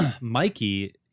Mikey